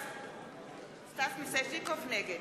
נגד